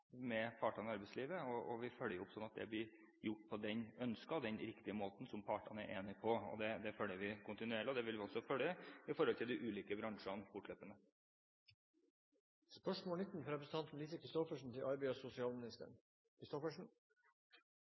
med partene i arbeidslivet. Vi følger opp, sånn at det blir gjort på den ønskede, den riktige måten som partene er enige om. Det følger vi kontinuerlig, og det vil vi også følge fortløpende overfor de ulike bransjene.